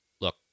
look